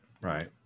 right